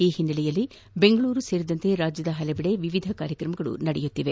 ಈ ಹಿನ್ನೆಲೆಯಲ್ಲಿ ಬೆಂಗಳೂರು ಸೇರಿದಂತೆ ರಾಜ್ಞದ ಹಲವೆಡೆ ವಿವಿಧ ಕಾರ್ಯಕ್ರಮ ನಡೆಯುತ್ತಿದೆ